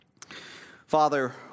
Father